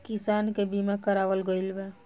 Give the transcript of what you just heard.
किसान के बीमा करावल गईल बा